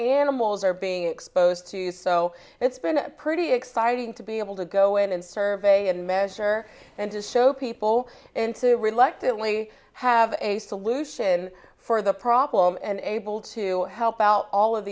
animals are being exposed to so it's been pretty exciting to be able to go in and survey and measure and to show people and so reluctantly have a solution for the problem and able to help out all of